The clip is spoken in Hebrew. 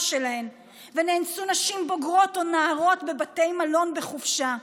שלהן ונאנסו נשים בוגרות או נערות בבתי מלון בחופשה.